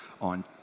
on